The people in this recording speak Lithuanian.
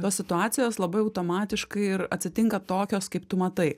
tos situacijos labai automatiškai ir atsitinka tokios kaip tu matai